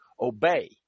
obey